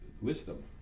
Wisdom